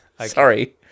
Sorry